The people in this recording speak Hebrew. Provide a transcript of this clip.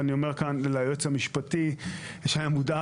ואני אומר כאן ליועץ המשפטי תומר,